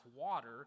water